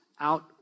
out